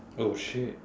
oh shit